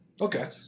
Okay